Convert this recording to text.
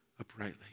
uprightly